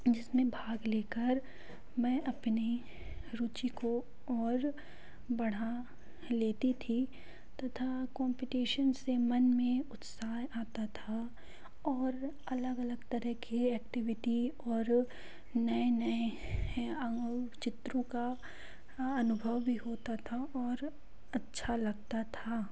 जिसमें भाग ले कर मैं अपनी रुचि को और बड़ा लेती थी तथा कंपटीशन से मन में उत्साह आता था और अलग अलग तरह के एक्टिविटी और नए नए चित्रों का अनुभव भी होता था और अच्छा लगता था